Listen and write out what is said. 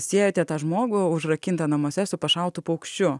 siejote tą žmogų užrakintą namuose su pašautu paukščiu